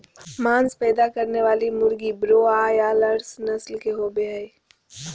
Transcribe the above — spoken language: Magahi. मांस पैदा करने वाली मुर्गी ब्रोआयालर्स नस्ल के होबे हइ